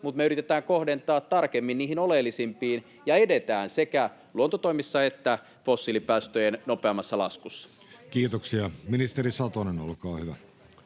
mutta me yritetään kohdentaa tarkemmin niihin oleellisimpiin [Eveliina Heinäluoman välihuuto] ja edetään sekä luontotoimissa että fossiilipäästöjen nopeammassa laskussa. Kiitoksia. — Ministeri Satonen, olkaa hyvä.